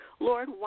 Lord